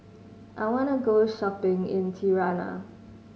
I wanna go shopping in Tirana